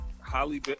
Holly